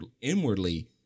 inwardly